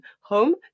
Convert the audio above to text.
home